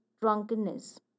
drunkenness